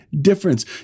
difference